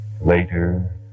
later